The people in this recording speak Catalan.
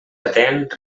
atent